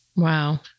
Wow